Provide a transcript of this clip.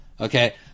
okay